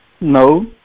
No